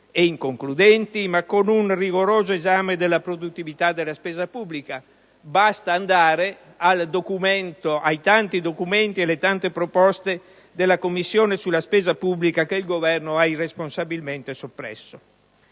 e inconcludenti, ma con un rigoroso esame della produttività della spesa pubblica? Basta andare ai tanti documenti ed alle tante proposte della Commissione sulla spesa pubblica che il Governo ha irresponsabilmente soppresso.